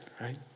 right